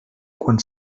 quan